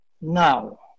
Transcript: Now